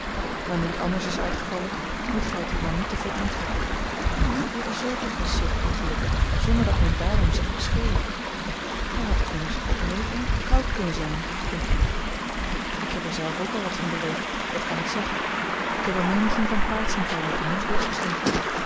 maar nu het anders is uitgevallen moet gij het u maar niet te veel aantrekken er gebeuren zoo dikwijls zulke ongelukken zonder dat men daarom zich beschuldigt gij hadt er immers ook mee om koud kunnen zijn kindlief ik heb er zelf ook al wat van beleefd dat kan ik zeggen ik heb er menigeen van t paard zien vallen die niet weer opstond